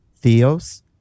Theos